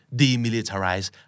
demilitarize